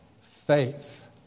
Faith